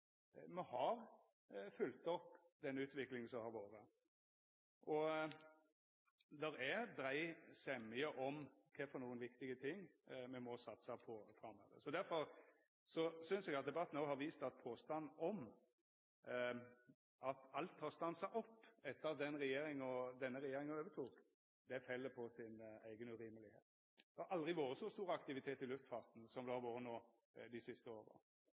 me har følgt opp den utviklinga som har vore, og det er brei semje om kva for viktige ting me må satsa på framover. Difor synest eg at debatten òg har vist at påstanden om at alt har stansa opp etter at denne regjeringa overtok, fell på si eiga urimelegheit. Det har aldri vore så stor aktivitet i luftfarten som det har vore dei siste åra.